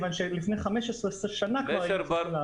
לפני 15 שנה כבר היה צריך להעביר אותו.